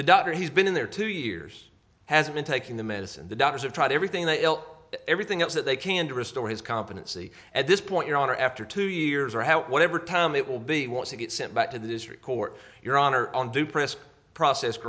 the doctor he's been in there two years has been taking the medicine the doctors have tried everything to elt everything else that they can to restore his competency at this point your honor after two years or whatever time it will be once you get sent back to the district court your honor on do press process